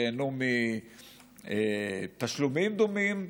נהנו מתשלומים דומים,